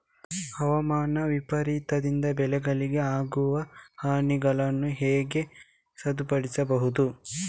ಹವಾಮಾನ ವೈಪರೀತ್ಯದಿಂದ ಬೆಳೆಗಳಿಗೆ ಆಗುವ ಹಾನಿಗಳನ್ನು ಹೇಗೆ ಸರಿಪಡಿಸಬಹುದು?